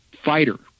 fighter